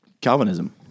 Calvinism